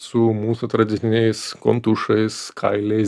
su mūsų tradiciniais kontušais kailiais